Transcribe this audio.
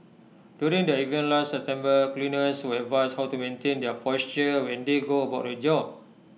during the event last September cleaners were advised how to maintain their posture when they go about their job